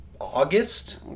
August